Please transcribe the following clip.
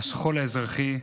השכול האזרחי.